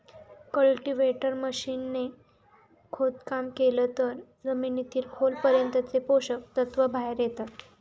cultivator machine ने खोदकाम केलं तर जमिनीतील खोल पर्यंतचे पोषक तत्व बाहेर येता